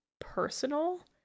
personal